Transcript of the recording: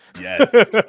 Yes